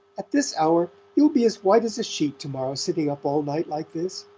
at this hour? you'll be as white as a sheet to-morrow, sitting up all night like this.